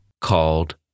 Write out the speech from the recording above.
called